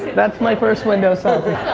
that's my first window selfie,